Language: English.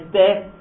death